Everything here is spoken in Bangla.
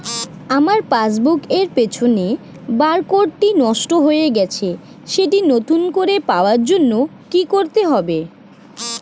আমার পাসবুক এর পিছনে বারকোডটি নষ্ট হয়ে গেছে সেটি নতুন করে পাওয়ার জন্য কি করতে হবে?